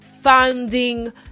founding